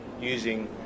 using